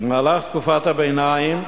במהלך תקופת הביניים,